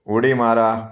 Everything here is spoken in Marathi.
उडी मारा